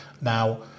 Now